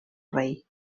rei